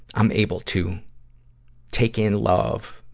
i'm able to take in love,